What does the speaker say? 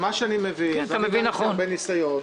אני מבין, ויש לנו הרבה ניסיון,